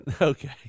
Okay